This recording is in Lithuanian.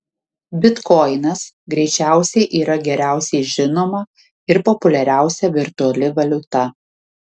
bitkoinas greičiausiai yra geriausiai žinoma ir populiariausia virtuali valiuta